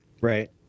Right